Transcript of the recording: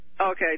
Okay